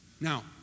Now